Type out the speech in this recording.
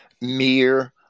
mere